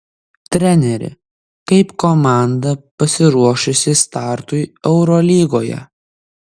treneri kaip komanda pasiruošusi startui eurolygoje